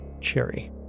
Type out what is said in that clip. Cherry